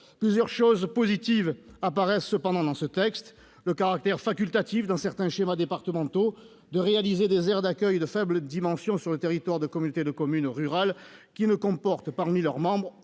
Plusieurs éléments positifs apparaissent cependant dans ce texte : le caractère facultatif, dans certains schémas départementaux, de la réalisation d'aires d'accueil de faible dimension sur le territoire de communautés de communes rurales qui ne comportent, parmi leurs membres,